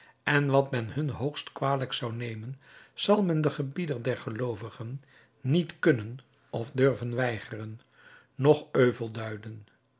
en wat men hun hoogst kwalijk zou nemen zal men den gebieder der geloovigen niet kunnen of durven weigeren noch euvel duiden